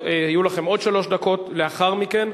יהיו לכם עוד שלוש דקות לאחר מכן,